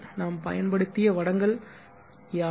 நாம் பயன்படுத்திய வடங்கள் யாவை